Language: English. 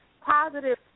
positive